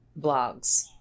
blogs